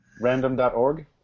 Random.org